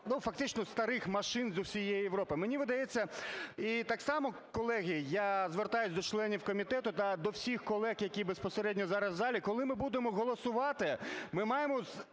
фактично, старих машин з усієї Європи. Мені видається, і так само, колеги, я звертаюсь до членів комітету та всіх колег, які безпосередньо зараз в залі, коли ми будемо голосувати, ми маємо